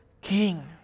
King